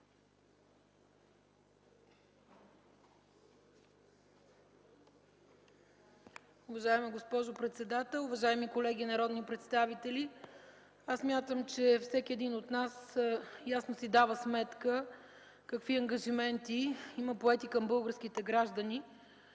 Уважаема госпожо председател, уважаеми колеги народни представители! Аз смятам, че всеки един от нас ясно си дава сметка какви ангажименти има поети към българските граждани,